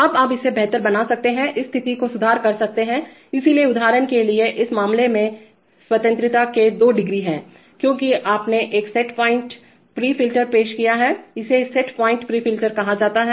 अब आप इसे बेहतर बना सकते हैंइस स्थिति को सुधार सकते हैं इसलिए उदाहरण के लिए इस मामले में स्वतंत्रताफ्रीडम के दो डिग्री हैंक्योंकि आपने एक सेट पॉइंट प्री फ़िल्टर पेश किया है इसे सेट पॉइंट प्री फ़िल्टर कहा जाता है